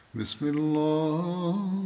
Bismillah